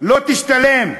לא תשתלם.